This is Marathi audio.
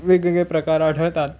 वेगवेगळे प्रकार आढळतात